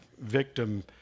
victim